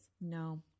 No